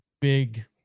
big